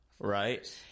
right